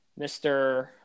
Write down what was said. Mr